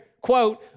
quote